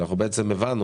שאנחנו הבנו